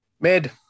Mid